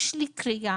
יש לי קריאה,